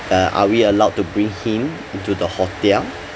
uh are we allowed to bring him into the hotel